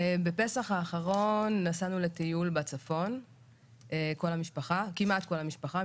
בפסח האחרון נסענו לטיול בצפון כמעט כל המשפחה,